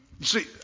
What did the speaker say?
see